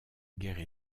guerre